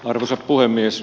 arvoisa puhemies